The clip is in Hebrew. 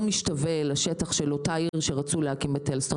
לא משתווה לשטח של אותה עיר שרצו להקים בטלז-סטון